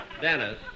Dennis